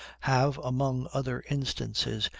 have, among other instances,